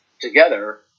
together